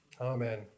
Amen